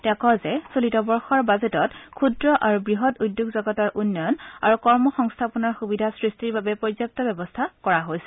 তেওঁ কয় যে চলিত বৰ্ষৰ বাজেটত ক্ষুদ্ৰ আৰু বৃহৎ উদ্যোগ জগতৰ উন্নয়ন আৰু কৰ্ম সংস্থাপনৰ সুবিধা সৃষ্টিৰ বাবে পৰ্যাপু ব্যৱস্থা কৰা হৈছে